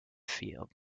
field